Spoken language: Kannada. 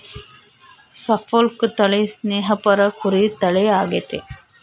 ಸಪೋಲ್ಕ್ ತಳಿ ಸ್ನೇಹಪರ ಕುರಿ ತಳಿ ಆಗೆತೆ